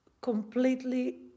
completely